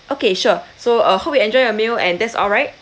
okay sure so uh hope you enjoy your meal and that's all right